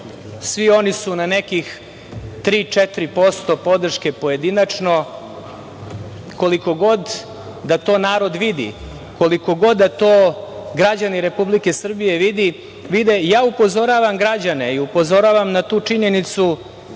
svi oni su na nekih 3-4% podrške pojedinačno, koliko god da to narod vidi, koliko god da to građani Republike Srbije vide, upozoravam građane na tu činjenicu